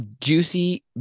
juicy